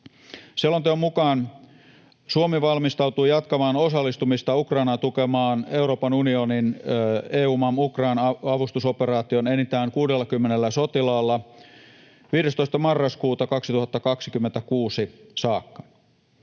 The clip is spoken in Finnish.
Selonteon mukaan Suomi valmistautuu jatkamaan osallistumista Ukrainaa tukevaan Euroopan unionin EUMAM Ukraine -avustusoperaatioon enintään 60 sotilaalla 15. marraskuuta 2026 saakka.